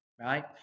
right